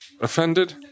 offended